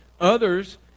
Others